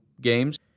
games